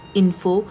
info